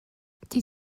die